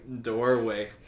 Doorway